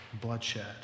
bloodshed